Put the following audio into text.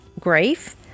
grief